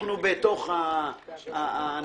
אנחנו בתוך הנתיב.